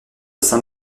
saint